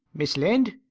mrs. lynde?